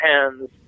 hands